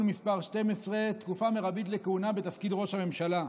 מס' 12) (תקופה מרבית לכהונה בתפקיד ראש הממשלה).